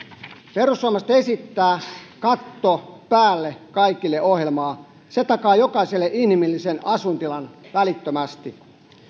perussuomalaiset esittävät katto kaikille ohjelmaa se takaa jokaiselle inhimillisen asuintilan välittömästi